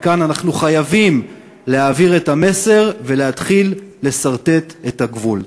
וכאן אנחנו חייבים להעביר את המסר ולהתחיל לסרטט את הגבול.